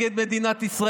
(קוראת בשמות חברי הכנסת)